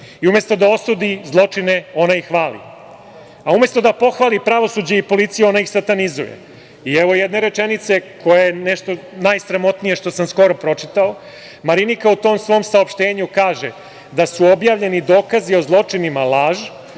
I umesto da osudi zločine, ona ih hvali. A umesto da pohvali pravosuđe i policiju, ona ih satanizuje. Evo jedne rečenice koja je nešto najsramotnije što sam skoro pročitao. Marinika u tom svom saopštenju kaže da su objavljeni dokazi o zločinama laž,